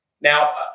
Now